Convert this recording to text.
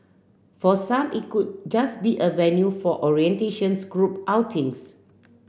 for some it could just be a venue for orientations group outings